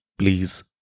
Please